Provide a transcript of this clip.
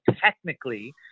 technically